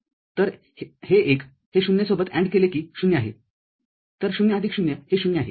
तर हे एक हे ० सोबत AND केले कि ० आहे तर ० आदिक ० हे ० आहे